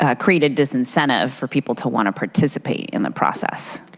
ah create a disincentive for people to want to participate in the process.